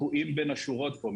תקועים בין השורות פה.